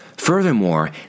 Furthermore